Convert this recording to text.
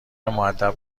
مودب